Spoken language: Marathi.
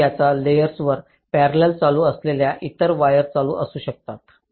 तर त्याच लेयर्सावर पॅरेलाल चालू असलेल्या इतर वायर्स असू शकतात